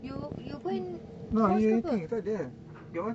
you you go and pause ke apa